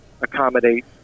accommodate